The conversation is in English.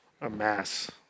amass